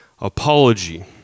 apology